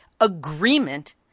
agreement